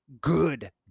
good